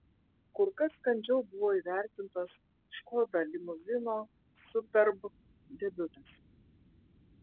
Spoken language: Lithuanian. kur kas kandžiau buvo įvertintas škoda limuzino superb debiutas